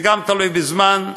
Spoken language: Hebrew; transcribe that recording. זה גם תלוי בזמן.